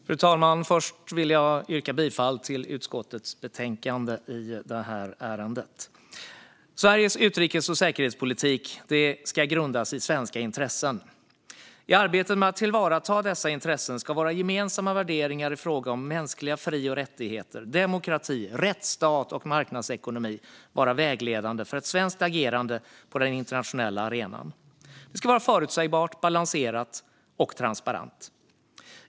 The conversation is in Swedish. Fru talman! Först vill jag yrka bifall till utskottets förslag till beslut i det här ärendet. Sveriges utrikes och säkerhetspolitik ska grundas i svenska intressen. I arbetet med att tillvarata dessa intressen ska våra gemensamma värderingar i fråga om mänskliga fri och rättigheter, demokrati, rättsstat och marknadsekonomi vara vägledande för ett svenskt agerande på den internationella arenan. Det ska vara förutsägbart, balanserat och transparent.